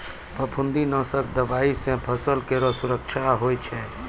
फफूंदी नाशक दवाई सँ फसल केरो सुरक्षा होय छै